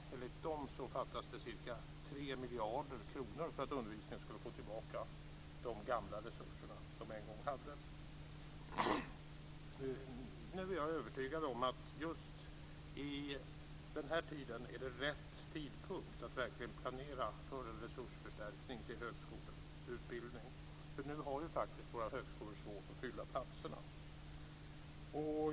Enligt dem fattas det ca 3 miljarder kronor för att undervisningen skulle få tillbaka de gamla resurser som den en gång hade. Jag är övertygad om att det nu är rätt tidpunkt för att planera för en resursförstärkning till högskolornas utbildning, eftersom högskolorna faktiskt har svårt att fylla platserna.